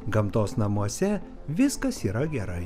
gamtos namuose viskas yra gerai